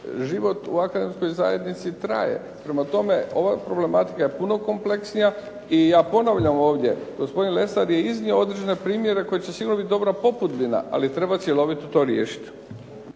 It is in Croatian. Život u akademskoj zajednici traje. Prema tome, ova problematika je puno kompleksnija i ja ponavljam ovdje, gospodin Lesar je iznio određene primjere koji će sigurno biti dobra popudbina, ali treba cjelovito to riješiti.